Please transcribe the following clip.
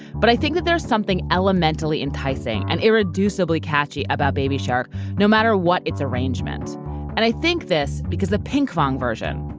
but i think that there's something elementally enticing and irreducibly catchy about baby shark no matter what its arrangement. and i think this because the pinkfong version,